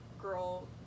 girl